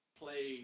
play